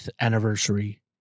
anniversary